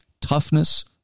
toughness